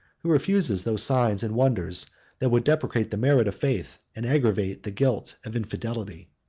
who refuses those signs and wonders that would depreciate the merit of faith, and aggravate the guilt of infidelity